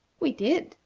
we did,